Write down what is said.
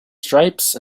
stripes